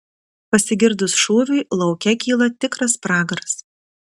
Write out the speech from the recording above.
pasigirdus šūviui lauke kyla tikras pragaras